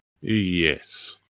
Yes